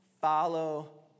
follow